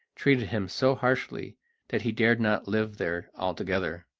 treated him so harshly that he dared not live there altogether.